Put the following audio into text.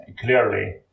clearly